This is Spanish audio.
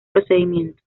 procedimiento